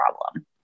problem